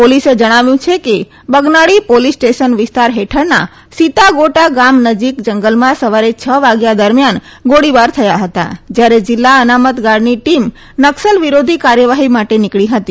પોલીસે જણાવ્યું છે કે બગનાડી પોલીસ સ્ટેશન વિસ્તાર હેઠળના સીતાગોટા ગામ નજીક જંગલમાં સવારે છ વાગ્યા દરમ્યાન ગોળીબાર થયા હતા જયારે જીલ્લા અનામત ગાર્ડની ટીમ નકસલ વિરોધી કાર્યવાહી માટે નીકળી હતી